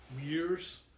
years